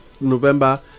November